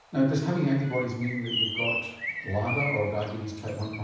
now does having antibodies mean that you've got lada or diabetes type one.